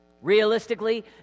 realistically